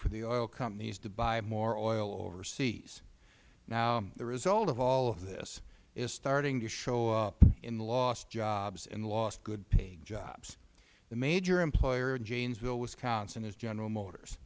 for oil companies to buy more oil overseas now the result of all of this is starting to show up in lost jobs and lost good paying jobs the major employer in jamesville wisconsin is general motors